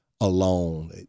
alone